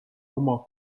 oma